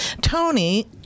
Tony